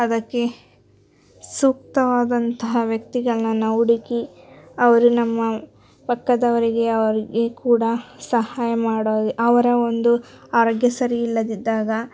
ಅದಕ್ಕೆ ಸೂಕ್ತವಾದಂತಹ ವ್ಯಕ್ತಿಗಳನ್ನ ಹುಡುಕಿ ಅವರು ನಮ್ಮ ಪಕ್ಕದವರಿಗೆ ಅವರಿಗೆ ಕೂಡ ಸಹಾಯ ಮಾಡ ಅವರ ಒಂದು ಆರೋಗ್ಯ ಸರಿ ಇಲ್ಲದಿದ್ದಾಗ